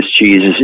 Jesus